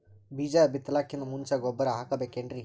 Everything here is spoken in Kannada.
ಬೀಜ ಬಿತಲಾಕಿನ್ ಮುಂಚ ಗೊಬ್ಬರ ಹಾಕಬೇಕ್ ಏನ್ರೀ?